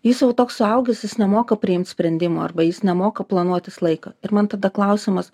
jis jau toks suaugęs jis nemoka priimt sprendimo arba jis nemoka planuotis laiką ir man tada klausimas